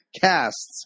Casts